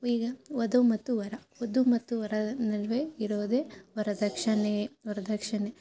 ಈಗ ವಧು ಮತ್ತು ವರ ವಧು ಮತ್ತು ವರರ ನಡುವೆ ಇರೋದೇ ವರದಕ್ಷಿಣೆ ವರದಕ್ಷಿಣೆ